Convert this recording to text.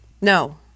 No